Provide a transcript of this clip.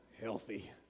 healthy